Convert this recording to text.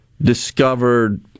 discovered